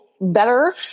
better